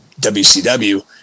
wcw